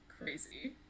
crazy